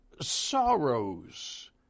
sorrows